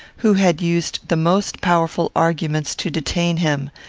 who had used the most powerful arguments to detain him,